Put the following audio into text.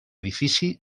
edifici